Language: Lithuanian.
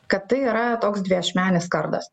kad tai yra toks dviašmenis kardas